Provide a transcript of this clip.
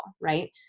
right